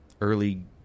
Early